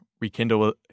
rekindle